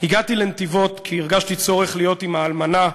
הגעתי לנתיבות כי הרגשתי צורך להיות עם האלמנה,